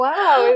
Wow